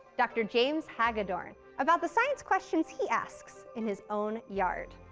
dr. james hagadorn, about the science questions he asks in his own yard.